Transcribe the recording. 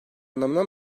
anlamına